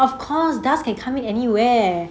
of course dust can come in anywhere